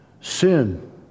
Sin